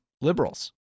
liberals